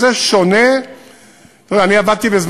לא ענית לי על הסכומים באופן יחסי.